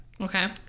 okay